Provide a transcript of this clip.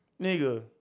nigga